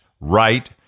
right